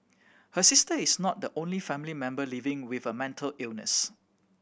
her sister is not the only family member living with a mental illness